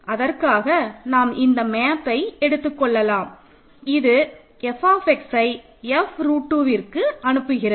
அதற்காக நாம் இந்த மேப்பை எடுத்துக் கொள்கிறோம் இது fஐ f ரூட் 2விற்கு அனுப்புகிறது